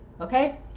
Okay